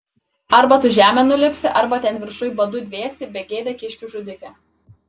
arba tu žemėn nulipsi arba ten viršuj badu dvėsi begėde kiškių žudike